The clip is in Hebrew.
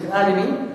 השנאה למי?